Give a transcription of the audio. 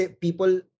people